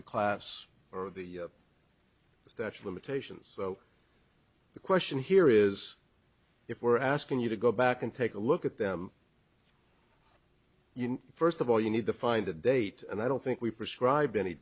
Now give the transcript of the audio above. the class or the statue of limitations so the question here is if we're asking you to go back and take a look at them you know first of all you need to find a date and i don't think we prescribe any